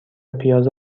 پیاز